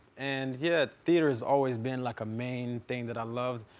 and yeah, theater's always been like a main thing that i love.